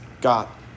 got